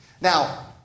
Now